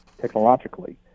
technologically